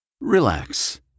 Relax